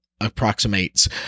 approximates